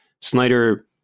Snyder